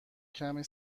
کمی